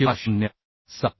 किंवा 0